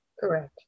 Correct